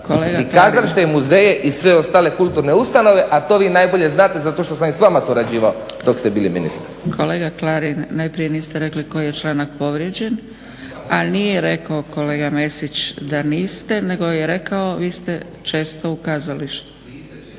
i kazalište i muzeje i sve ostale kulturne ustanove a to vi najbolje znate zato što sam i s vama surađivao dok ste bili ministar. **Zgrebec, Dragica (SDP)** Kolega Klarin, najprije niste rekli koji je članak povrijeđen, al nije rekao kolega Mesić da niste nego je rekao vi ste često u kazalištu,